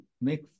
make